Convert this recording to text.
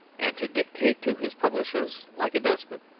and to dictate to his publishers like a despot